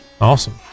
Awesome